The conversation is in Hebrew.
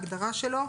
ההגדרה שלו.